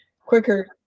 quicker